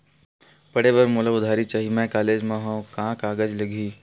पढ़े बर मोला उधारी चाही मैं कॉलेज मा हव, का कागज लगही?